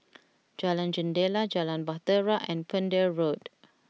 Jalan Jendela Jalan Bahtera and Pender Road